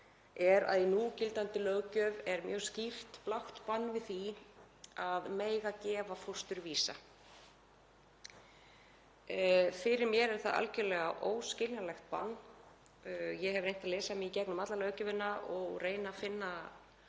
því. Í núgildandi löggjöf er mjög skýrt blátt bann við því að gefa fósturvísa. Fyrir mér er það algerlega óskiljanlegt bann. Ég hef reynt að lesa mig í gegnum alla löggjöfina og reynt að finna